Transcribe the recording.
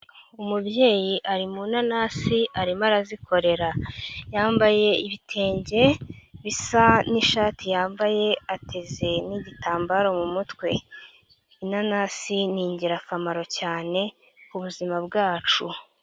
Umubyeyi ari mu nanasi arimo arazikorera, yambaye ibitenge bisa n'ishati yambaye ateze n'igitambaro mu mutwe. Inanasi ni ingirakamaro cyane ku buzima bwacu.